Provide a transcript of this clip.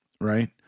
Right